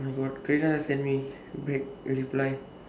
oh my god kraden has send me back a reply